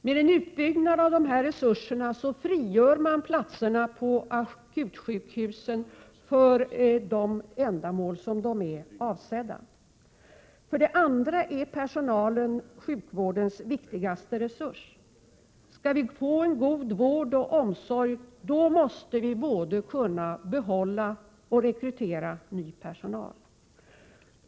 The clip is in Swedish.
Genom en utbyggnad av dessa resurser frigör man platserna på akutsjukhusen för de ändamål för vilka de är avsedda. Personalen är sjukvårdens viktigaste resurs. Skall vi få en god vård och omsorg, måste vi kunna både rekrytera och behålla personal.